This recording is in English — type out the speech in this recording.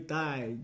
die